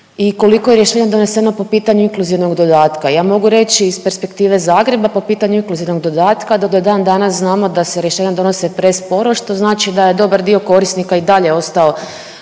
i koliko je rješenja doneseno po pitanju inkluzivnog dodatka? Ja mogu reći iz perspektive Zagreba po pitanju inkluzivnog dodatka, da do dandanas znamo da se rješenja donose presporo, što znači da je dobar dio korisnika i dalje ostao